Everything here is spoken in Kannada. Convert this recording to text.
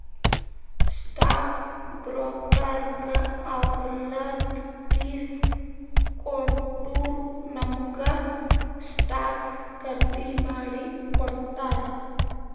ಸ್ಟಾಕ್ ಬ್ರೋಕರ್ಗ ಅವ್ರದ್ ಫೀಸ್ ಕೊಟ್ಟೂರ್ ನಮುಗ ಸ್ಟಾಕ್ಸ್ ಖರ್ದಿ ಮಾಡಿ ಕೊಡ್ತಾರ್